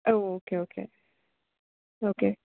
oh okay okay okay